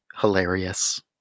hilarious